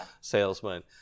salesman